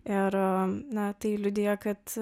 ir na tai liudija kad